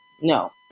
no